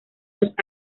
los